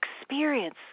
experience